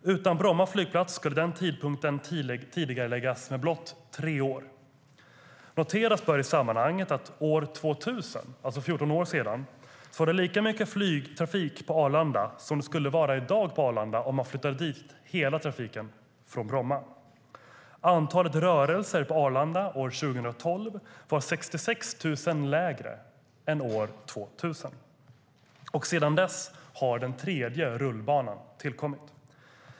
Utan Bromma flygplats skulle den tidpunkten tidigareläggas blott tre år. I sammanhanget bör noteras att det år 2000, alltså för 14 år sedan, var lika mycket flygtrafik på Arlanda som det hade varit i dag om man flyttade dit hela trafiken från Bromma. Antalet rörelser på Arlanda år 2012 var 66 000 mindre än år 2000, och sedan dess har den tredje rullbanan tillkommit.